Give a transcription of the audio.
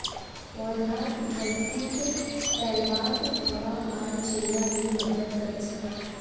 पौधाक धरतीत फैलवात हवा आर चिड़िया भी मदद कर छे